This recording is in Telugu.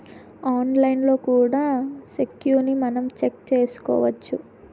ఆన్లైన్లో కూడా సెక్కును మనం చెక్ చేసుకోవచ్చు